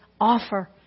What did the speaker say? offer